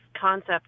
concept